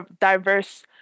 diverse